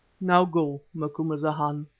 now go, macumazahn.